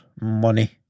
money